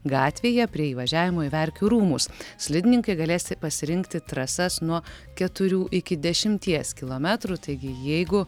gatvėje prie įvažiavimo į verkių rūmus slidininkai galės pasirinkti trasas nuo keturių iki dešimties kilometrų taigi jeigu